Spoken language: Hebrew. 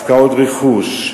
הפקעות רכוש,